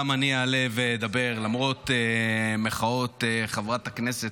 גם אני אעלה ואדבר למרות מחאות חברת הכנסת